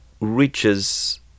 reaches